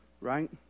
right